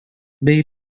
bei